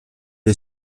est